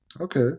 Okay